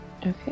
Okay